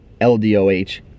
LDOH